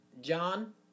John